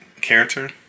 character